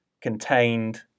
contained